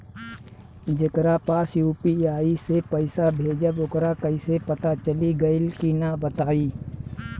जेकरा पास यू.पी.आई से पईसा भेजब वोकरा कईसे पता चली कि गइल की ना बताई?